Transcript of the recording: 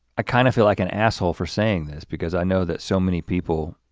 i kind of feel like an asshole for saying this because i know that so many people,